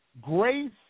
grace